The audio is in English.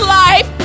life